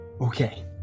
okay